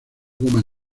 goma